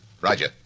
Roger